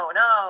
no